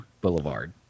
Boulevard